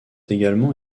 également